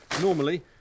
Normally